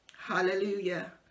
hallelujah